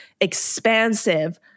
expansive